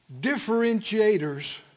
differentiators